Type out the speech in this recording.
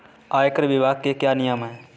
आयकर विभाग के क्या नियम हैं?